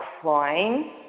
crying